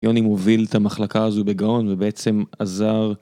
יוני מוביל את המחלקה הזו בגאון ובעצם עזר.